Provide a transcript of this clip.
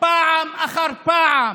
פעם אחר פעם,